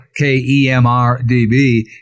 KEMRDB